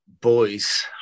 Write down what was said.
boys